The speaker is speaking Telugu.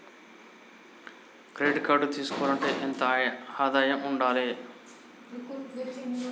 క్రెడిట్ కార్డు తీసుకోవాలంటే ఎంత ఆదాయం ఉండాలే?